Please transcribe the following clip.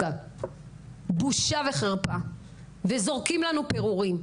בושה וחרפה וזורקים לנו פירורים,